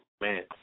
Man